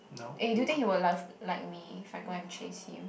eh do you think he will love like me if I go and chase him